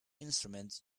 instrument